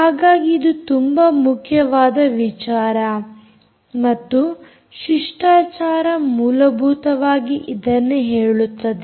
ಹಾಗಾಗಿ ಇದು ತುಂಬಾ ಮುಖ್ಯವಾದ ವಿಚಾರ ಮತ್ತು ಶಿಷ್ಟಾಚಾರ ಮೂಲಭೂತವಾಗಿ ಇದನ್ನೇ ಹೇಳುತ್ತದೆ